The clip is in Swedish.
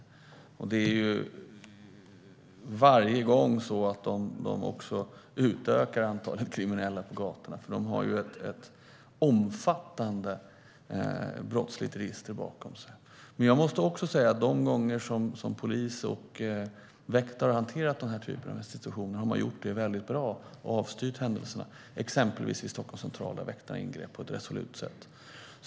Dessutom utökar de varje gång antalet kriminella på gatorna, för de har ett omfattande brottsligt register bakom sig. Men jag måste också säga att de gånger polis och väktare har hanterat den här typen av "institutioner" har man gjort det väldigt bra och avstyrt händelserna, exempelvis vid Stockholms central, där väktare ingrep på ett resolut sätt.